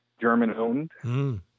German-owned